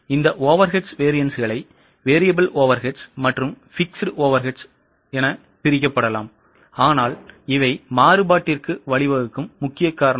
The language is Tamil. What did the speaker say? இந்த overhead variances களை variable overheads மற்றும் fixed overheads களாக பிரிக்கப்படலாம் ஆனால் இவை மாறுபாட்டிற்கு வழிவகுக்கும் முக்கிய காரணங்கள்